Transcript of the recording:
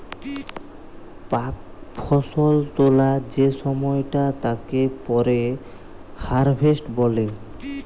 পাক ফসল তোলা যে সময়টা তাকে পরে হারভেস্ট বলে